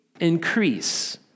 increase